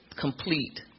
Complete